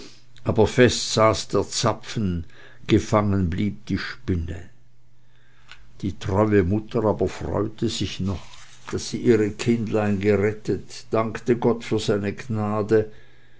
aber fest saß der zapfen gefangen blieb die spinne die treue mutter aber freute sich noch daß sie ihre kindlein gerettet dankte gott für seine gnade